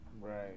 Right